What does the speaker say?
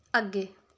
ਅੱਗੇ